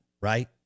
Right